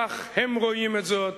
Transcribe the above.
כך הם רואים את זאת,